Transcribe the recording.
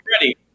ready